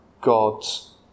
God's